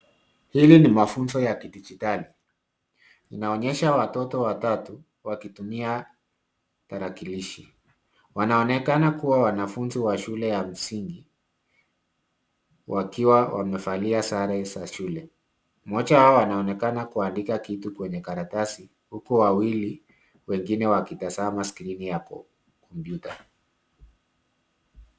Hii ni mafunzo ya kidijitali. Inaonyesha watoto watatu wakitumia tarakilishi. Wanaonekana kuwa wanafunzi wa shule ya msingi, wakiwa wamevalia sare za shule. Mmoja wao anaonekana kuandika kitu kwenye karatasi, huku wawili wengine wakitazama skrini ya kompyuta.